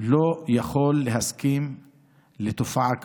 לא יוכלו להסכים לתופעה כזאת.